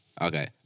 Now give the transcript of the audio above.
Okay